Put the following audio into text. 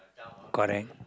correct